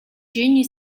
junior